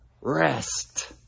rest